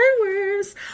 worse